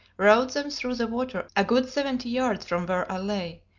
rode them through the water a good seventy yards from where i lay,